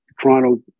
Toronto